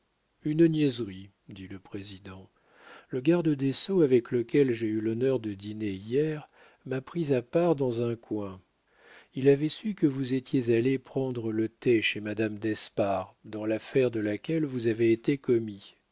une niaiserie dit le président le garde des sceaux avec lequel j'ai eu l'honneur de dîner hier m'a pris à part dans un coin il avait su que vous étiez allé prendre le thé chez madame d'espard dans l'affaire de laquelle vous avez été commis